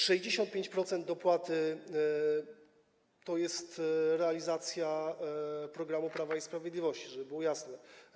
65% dopłaty to jest realizacja programu Prawa i Sprawiedliwości, żeby było jasne.